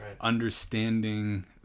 understanding